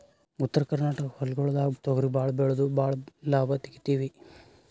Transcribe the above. ಉತ್ತರ ಕರ್ನಾಟಕ ಹೊಲ್ಗೊಳ್ದಾಗ್ ತೊಗರಿ ಭಾಳ್ ಬೆಳೆದು ಭಾಳ್ ಲಾಭ ತೆಗಿತೀವಿ